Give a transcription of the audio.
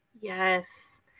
Yes